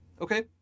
Okay